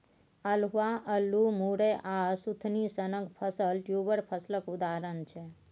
अल्हुआ, अल्लु, मुरय आ सुथनी सनक फसल ट्युबर फसलक उदाहरण छै